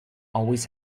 always